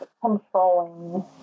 controlling